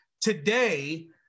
Today